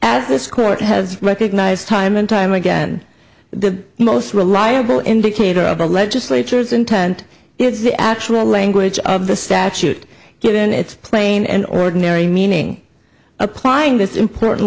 as this court has recognized time and time again the most reliable indicator of the legislature's intent is the actual language of the statute given its plain and ordinary meaning applying this important